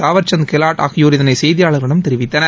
தாவர்சந்த் கெலாட் இதனை செய்தியாளர்களிடம் தெரிவித்தனர்